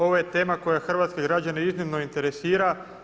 Ovo je tema koja hrvatske građane iznimno interesira.